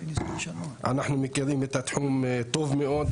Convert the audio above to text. אנחנו מכירים את התחום טוב מאוד.